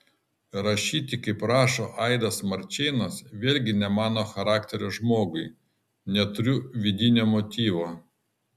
rašyti kaip rašo aidas marčėnas vėlgi ne mano charakterio žmogui neturiu vidinio motyvo